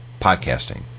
podcasting